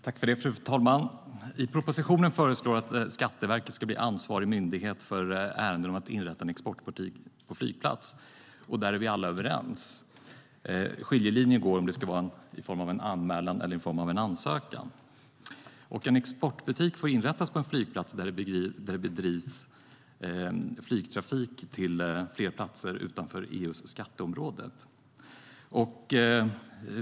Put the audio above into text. Fru talman! I propositionen föreslås att Skatteverket ska bli ansvarig myndighet för ärenden om att inrätta en exportbutik på flygplats. Där är vi alla överens. Skiljelinjen går om det ska vara i form av en anmälan eller i form av en ansökan. En exportbutik får inrättas på en flygplats där det bedrivs flygtrafik till platser utanför EU:s skatteområde.